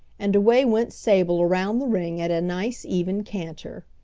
and away went sable around the ring at a nice even canter.